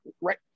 right